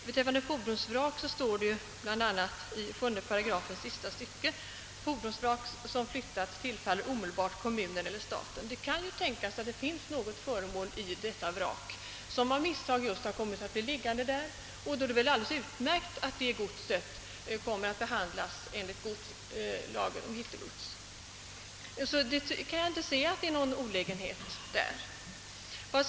Beträffande fordonsvrak står det bl.a. i 7 §, sista stycket: »Fordonsvrak som flyttats tillfaller omedelbart kommunen eller staten.» Det kan tänkas att det finns något föremål i detta vrak som av misstag kommit att bli liggande där. Det är väl alldeles utmärkt att detta gods kommer att behandlas enligt lagen om hittegods. Jag kan inte se något olämpligt i detta.